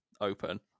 open